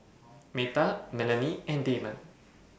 Metta Melonie and Damon